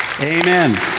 Amen